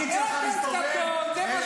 החקלאות, נכון?